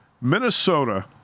Minnesota